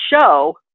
show